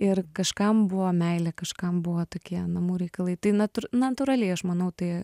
ir kažkam buvo meilė kažkam buvo tokie namų reikalai tai natūr natūraliai aš manau tai